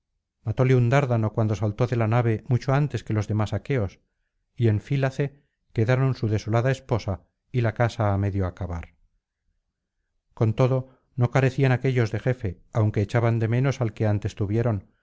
matóle un dárdano cuando saltó de la nave mucho antes que los demás aqueos y en fílace quedaron su desolada esposa y la casa á medio acabar con todo no carecían aquéllos de jefe aunque echaban de menos al que antes tuvieron